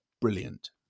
brilliant